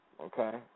Okay